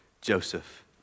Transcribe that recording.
Joseph